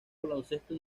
baloncesto